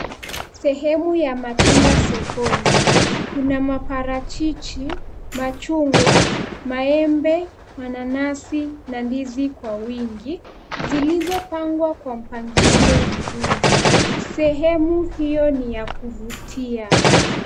Sehemu ya matunda sokoni. Kuna maparachichi, machungwa, maembe, mananasi na ndizi kwa wingi zilizopangwa kwa mpangilio mzuri. Sehemu hiyo ni ya kuvutia.